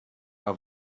are